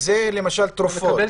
זה, למשל תרופות.